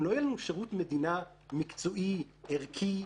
אם לא יהיה לנו שירות מדינה מקצועי, ערכי,